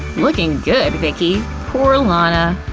lookin' good, vicky! poor lana,